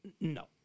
No